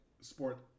sport